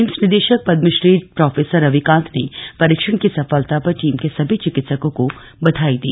AIIMS निदेशक Padmashri professor Ravikant ने परीक्षण की सफलता पर टीम के सभी चिकित्सकों को बधाई दी